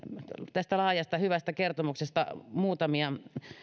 tästä laajasta hyvästä kertomuksesta muutamia